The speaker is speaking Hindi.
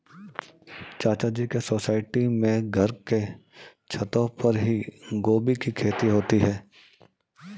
चाचा जी के सोसाइटी में घर के छतों पर ही गोभी की खेती होती है